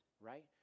right